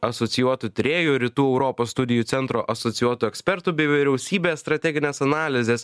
asocijuotu tyrėju rytų europos studijų centro asocijuotu ekspertu bei vyriausybės strateginės analizės